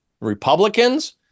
republicans